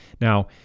Now